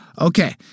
Okay